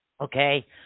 Okay